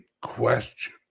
question